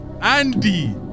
Andy